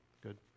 good